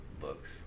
books